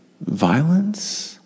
violence